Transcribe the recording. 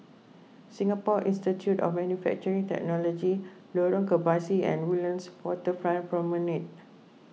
Singapore Institute of Manufacturing Technology Lorong Kebasi and Woodlands Waterfront Promenade